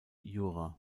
jura